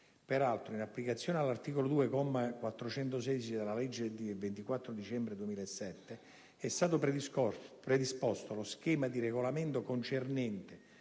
Peraltro, in applicazione dell'articolo 2, comma 416, della legge del 24 dicembre 2007, n. 244, è stato predisposto lo schema di regolamento concernente